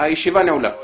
הישיבה נעולה.